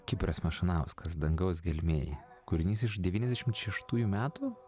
kipras mašanauskas dangaus gelmėj kūrinys iš devyniasdešimt šeštųjų metų